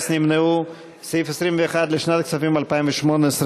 אותו סעיף 21 אבל לשנת הכספים 2018,